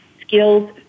skills